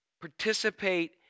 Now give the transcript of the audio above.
Participate